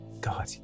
god